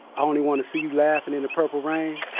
i only want to see you laughing in the purple rain.